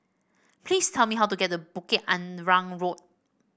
please tell me how to get to Bukit Arang Road